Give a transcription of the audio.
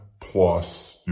plus